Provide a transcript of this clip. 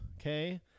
okay